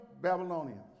Babylonians